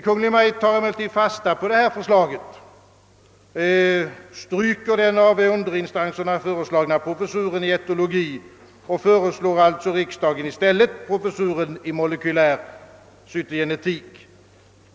Kungl. Maj:t tar emellertid fasta på detta förslag, stryker den av underinstanserna föreslagna professuren i etologi och föreslår i stället riksdagen professuren i molekylär cytogenetik.